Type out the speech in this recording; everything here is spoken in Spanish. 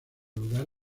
lugar